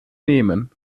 nehmen